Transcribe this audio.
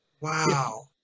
Wow